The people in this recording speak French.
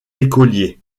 écoliers